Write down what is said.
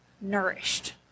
nourished